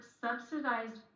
subsidized